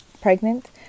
pregnant